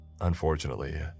Unfortunately